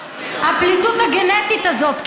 הפליטות הגנטית הזאת,